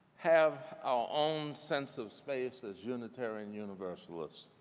have our own sense of space as unitarian universalist